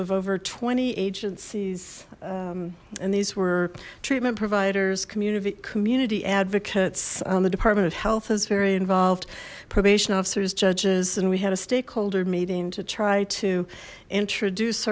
of over twenty agencies and these were treatment providers community community advocates on the department of health has very involved probation officers judges and we had a stakeholder meeting to try to introduce